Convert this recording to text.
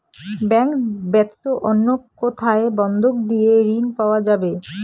Bank ব্যাতীত অন্য কোথায় বন্ধক দিয়ে ঋন পাওয়া যাবে?